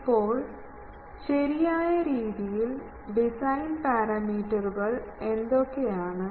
ഇപ്പോൾ ശരിയായ രീതിയിൽ ഡിസൈൻ പാരാമീറ്ററുകൾ എന്തൊക്കെയാണ്